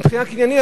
מבחינה קניינית,